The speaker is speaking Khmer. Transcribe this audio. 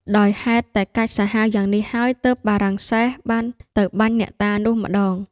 ដោយហេតុតែកាចសាហាវយ៉ាងនេះហើយ ទើបបារាំងសែស បានទៅបាញ់អ្នកតានោះម្ដង ។